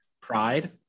pride